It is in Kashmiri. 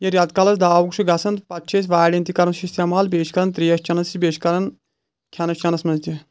ییٚلہِ رٮ۪تہٕ کالہِ أسۍ داوُک چھِ گژھان پَتہٕ چھِ أسۍ وارؠن تہِ کران اِستعمال بیٚیہِ چھِ کران ترٛیش چَٮ۪نس چھِ بیٚیہِ چھِ کران کھؠنس چؠنَس منٛز تہِ